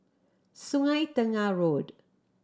Sungei Tengah Road